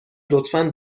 لطفا